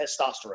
testosterone